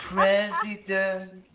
President